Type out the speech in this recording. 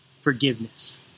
forgiveness